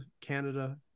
Canada